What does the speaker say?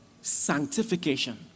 sanctification